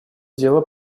дело